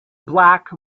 black